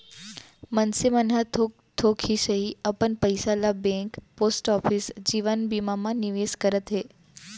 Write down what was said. मनसे मन ह थोक थोक ही सही अपन पइसा ल बेंक, पोस्ट ऑफिस, जीवन बीमा मन म निवेस करत हे